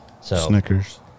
Snickers